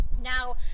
Now